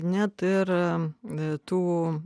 net ir ne tu